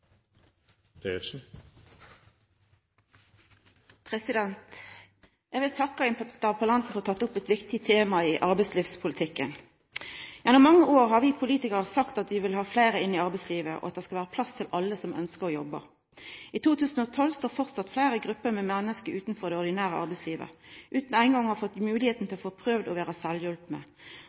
det lille ekstra for å sikre at dette løser seg for neste generasjon. Eg vil takka interpellanten for å ha teke opp eit viktig tema i arbeidslivspolitikken. Gjennom mange år har vi politikarar sagt at vi vil ha fleire inn i arbeidslivet, og at det skal vera plass til alle som ønskjer å jobba. I 2012 står framleis fleire grupper menneske utanfor det ordinære arbeidslivet, utan eingong å ha fått moglegheita til å få prøva å vera